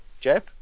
Jeff